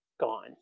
Gone